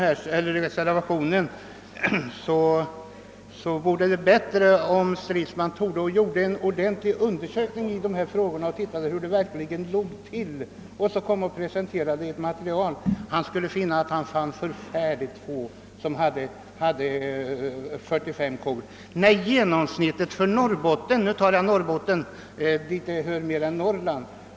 Det vore nog bättre om herr Stridsman undersökte hur det låg till med dessa frågor och sedan presenterade materialet. Han skulle finna att mycket få jordbrukare i detta område har så många kor som 45.